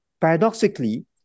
paradoxically